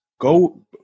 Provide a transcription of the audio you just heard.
Go